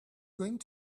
going